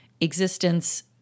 existence